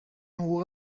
حقوق